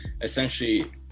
essentially